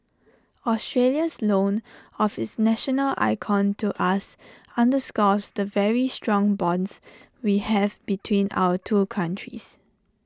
Australia's loan of its national icon to us underscores the very strong bonds we have between our two countries